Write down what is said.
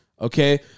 okay